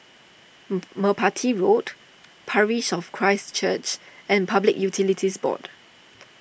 Merpati Road Parish of Christ Church and Public Utilities Board